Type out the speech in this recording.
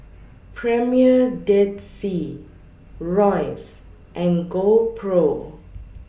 Premier Dead Sea Royce and GoPro